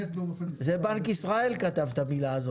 בנק ישראל כתב את המילה הזאת,